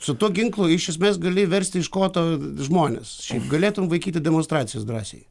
su tuo ginklu iš esmės gali versti iš koto žmones galėtum vaikyti demonstracijas drąsiai